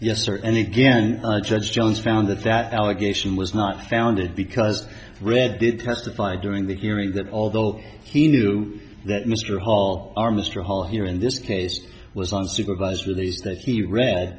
yes sir and again judge jones found that that allegation was not founded because red did testify during the hearing that although he knew that mr hall our mr hall here in this case was on supervised release that he read